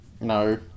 No